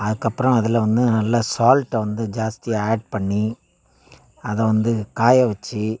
அதுக்கப்புறம் அதில் வந்து நல்லா சால்ட்டை வந்து ஜாஸ்தியாக ஆட் பண்ணி அதை வந்து காய வச்சி